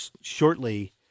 shortly